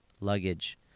luggage